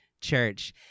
church